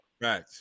Right